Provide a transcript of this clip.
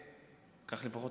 כך לפחות אני למדתי,